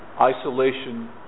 isolation